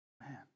Man